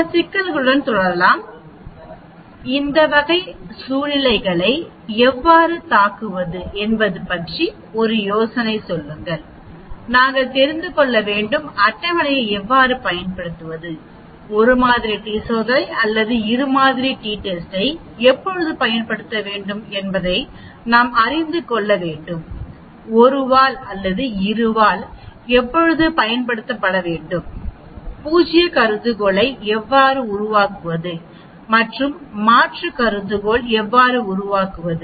சில சிக்கல்களுடன் தொடரலாம் இந்த வகை சூழ்நிலைகளை எவ்வாறு தாக்குவது என்பது பற்றி ஒரு யோசனை சொல்லுங்கள் நாங்கள் தெரிந்து கொள்ள வேண்டும் அட்டவணையை எவ்வாறு பயன்படுத்துவது 1 மாதிரி டி சோதனை அல்லது 2 மாதிரி டி டெஸ்டை எப்போது பயன்படுத்த வேண்டும் என்பதை நாம் அறிந்து கொள்ள வேண்டும்1 வால் அல்லது 2 வால் எப்போது பயன்படுத்த வேண்டும் பூஜ்ய கருதுகோளை எவ்வாறு உருவாக்குவது மற்றும் மாற்று கருதுகோள் எவ்வாறு உருவாக்குவது